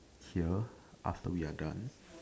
here after we are done